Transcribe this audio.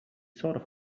thought